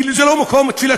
כי זה לא מקום תפילתו,